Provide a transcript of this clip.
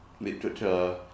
literature